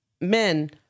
men